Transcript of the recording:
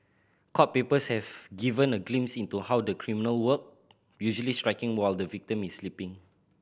court papers have given a glimpse into how the criminal work usually striking while the victim is sleeping